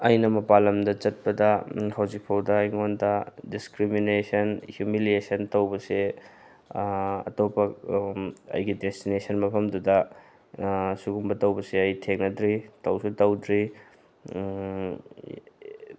ꯑꯩꯅ ꯃꯄꯥꯜꯂꯝꯗ ꯆꯠꯄꯗ ꯍꯧꯖꯤꯛꯐꯥꯎꯗ ꯑꯩꯉꯣꯟꯗ ꯗꯤꯁꯀ꯭ꯔꯤꯃꯤꯅꯦꯁꯟ ꯍ꯭ꯌꯨꯃꯤꯂꯤꯌꯦꯁꯟ ꯇꯧꯕꯁꯦ ꯑꯇꯣꯞꯄ ꯑꯩꯒꯤ ꯗꯦꯁꯇꯤꯅꯦꯁꯟ ꯃꯐꯝꯗꯨꯗ ꯁꯤꯒꯨꯝꯕ ꯇꯧꯕꯁꯦ ꯑꯩ ꯊꯦꯡꯅꯗ꯭ꯔꯤ ꯇꯧꯁꯨ ꯇꯧꯗ꯭ꯔꯤ